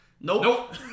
Nope